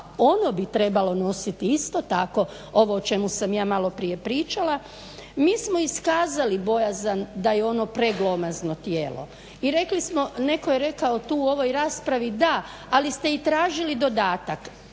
ono bi trebalo nositi isto tako ovo o čemu sam ja malo prije pričala mi smo iskazali bojazan da je ono preglomazno tijelo i rekli smo, netko je rekao tu u ovoj raspravi da, ali ste i tražili dodatak